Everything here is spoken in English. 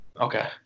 Okay